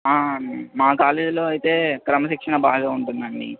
ఆ మా కాలేజీలో అయితే క్రమశిక్షణ బాగా ఉంటుందండి